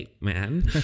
man